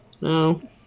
no